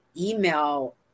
email